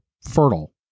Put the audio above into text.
fertile